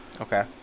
Okay